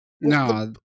No